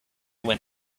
when